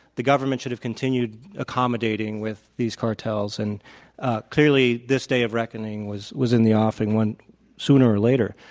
the government should have continued accommodating with these cartels. and clearly, this day of reckoning was was in the offing when sooner or later.